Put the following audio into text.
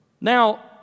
Now